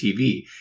TV